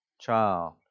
child